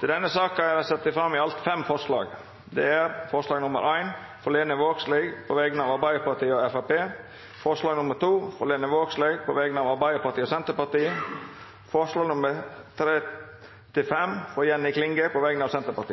debatten er det sett fram i alt fem forslag. Det er forslag nr. 1, frå Lene Vågslid på vegner av Arbeidarpartiet og Framstegspartiet forslag nr. 2, frå Lene Vågslid på vegner av Arbeidarpartiet og Senterpartiet forslaga nr. 3–5, frå Jenny Klinge på